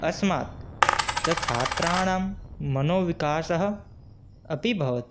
अस्मात् च छात्राणां मनोविकासः अपि भवति